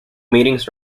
meetings